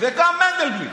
וגם מנדלבליט.